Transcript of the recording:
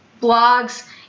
blogs